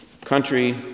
country